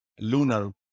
lunar